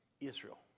Israel